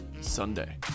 sunday